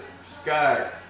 Sky